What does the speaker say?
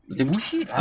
bullshit